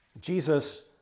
Jesus